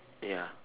ya